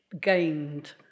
gained